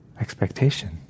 expectation